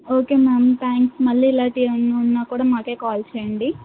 okay ma'am thanks మళ్ళీ ఇలాంటివి ఏమన్నా ఉన్నా కూడా మాకు కాల్ చేయండి